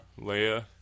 Leia